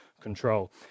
control